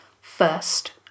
First